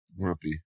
Grumpy